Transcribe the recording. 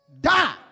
Die